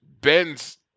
Ben's